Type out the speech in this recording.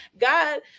god